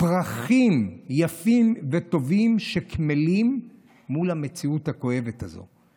פרחים יפים וטובים שקמלים מול המציאות הכואבת הזו.